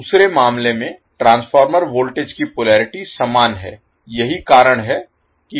दूसरे मामले में ट्रांसफार्मर वोल्टेज की पोलरिटी समान है यही कारण है कि